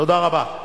תודה רבה.